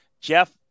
Jeff